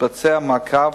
ומתבצע מעקב